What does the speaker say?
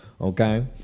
Okay